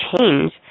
change